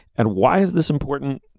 and why is this important.